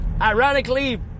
ironically